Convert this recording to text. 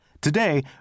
Today